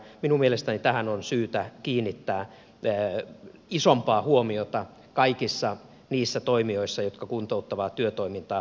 minun mielestäni tähän on syytä kiinnittää isompaa huomiota kaikissa niissä toimijoissa jotka kuntouttavaa työtoimintaa tarjoavat